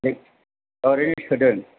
ओरैनो सोदों